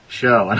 show